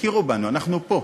תכירו בנו, אנחנו פה,